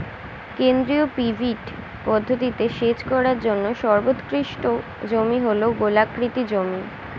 কেন্দ্রীয় পিভট পদ্ধতিতে সেচ করার জন্য সর্বোৎকৃষ্ট জমি হল গোলাকৃতি জমি